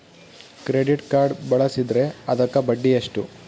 Credit card ಬಳಸಿದ್ರೇ ಅದಕ್ಕ ಬಡ್ಡಿ ಎಷ್ಟು?